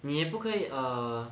你也不可以 err